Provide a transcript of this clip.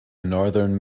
northern